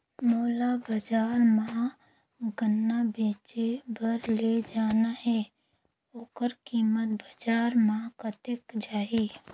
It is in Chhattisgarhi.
मोला बजार मां गन्ना बेचे बार ले जाना हे ओकर कीमत बजार मां कतेक जाही?